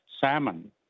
salmon